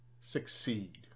succeed